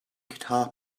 guitar